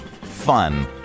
fun